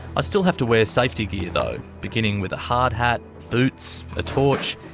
i still have to wear safety gear though, beginning with a hard hat, boots, a torch,